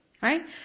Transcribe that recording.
Right